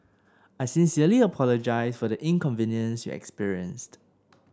I sincerely apologise for the inconvenience you experienced